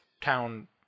town